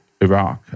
iraq